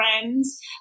friends